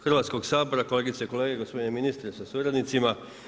Hrvatskog sabora, kolegice i kolege, gospodine ministre sa suradnicima.